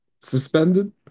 suspended